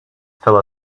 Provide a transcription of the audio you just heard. fell